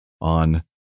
on